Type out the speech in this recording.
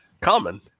common